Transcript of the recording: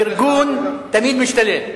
פרגון תמיד משתלם.